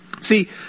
See